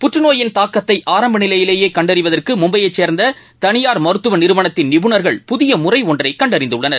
புற்றுநோயின் தாக்கத்தை ஆரம்பநிலையிலேயே கண்டறிவதற்கு மும்பையை சேர்ந்த தனியார் மருத்துவ நிறுவனத்தின் நிபுணர்கள் புதிய முறை ஒன்றை கண்டறிந்துள்ளனர்